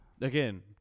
Again